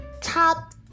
top